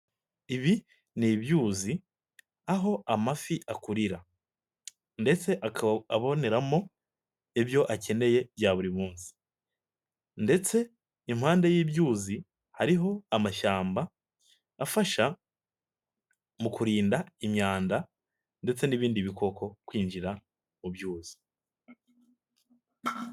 Ibi ni ibyuzi aho amafi akurira ndetse akaba aboneramo ibyo akeneye bya buri munsi ndetse impande y'ibyuzi hariho amashyamba afasha mu kurinda imyanda ndetse n'ibindi bikoko kwinjira mu byuzi.